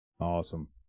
Awesome